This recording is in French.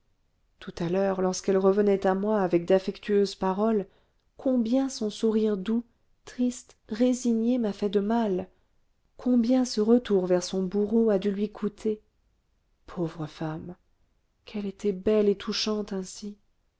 tout à l'heure lorsqu'elle revenait à moi avec d'affectueuses paroles combien son sourire doux triste résigné m'a fait de mal combien ce retour vers son bourreau a dû lui coûter pauvre femme qu'elle était belle et touchante ainsi